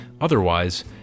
otherwise